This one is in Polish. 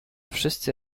wszyscy